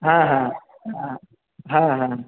হ্যাঁ হ্যাঁ হ্যাঁ হ্যাঁ হ্যাঁ